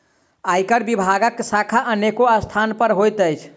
आयकर विभागक शाखा अनेको स्थान पर होइत अछि